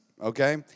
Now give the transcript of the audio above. okay